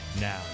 now